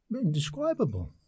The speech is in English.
indescribable